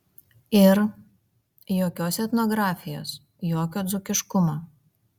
ir jokios etnografijos jokio dzūkiškumo